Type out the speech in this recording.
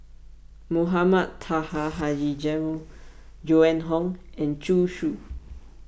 Mohamed Taha Haji Jamil Joan Hon and Zhu Xu